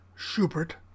schubert